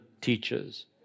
teaches